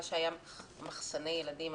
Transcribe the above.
מה שהיה מחסני ילדים,